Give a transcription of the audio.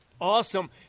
Awesome